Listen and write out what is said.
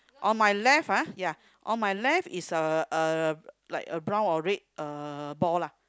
on my left ah ya on my left is a a like a brown or red uh ball lah